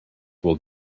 will